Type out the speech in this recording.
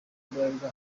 bralirwa